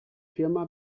firma